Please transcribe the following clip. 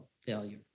failure